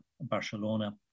Barcelona